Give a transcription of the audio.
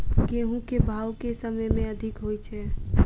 गेंहूँ केँ भाउ केँ समय मे अधिक होइ छै?